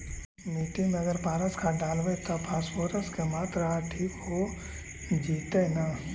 मिट्टी में अगर पारस खाद डालबै त फास्फोरस के माऋआ ठिक हो जितै न?